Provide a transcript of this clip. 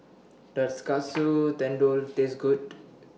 Does Katsu Tendon Taste Good